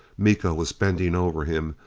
miko was bending over him.